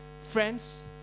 Friends